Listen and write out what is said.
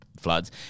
floods